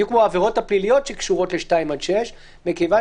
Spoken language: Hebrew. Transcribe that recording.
בדיוק כמו העבירות הפליליות שקשורות ל-2 עד 6. כיוון